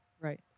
right